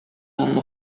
hanno